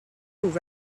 who